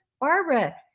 barbara